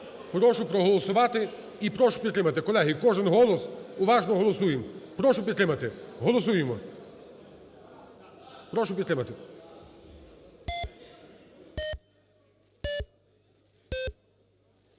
Прошу проголосувати і прошу підтримати. Колеги, кожен голос. Уважно голосуємо. Прошу підтримати. Голосуємо. Прошу підтримати.